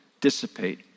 dissipate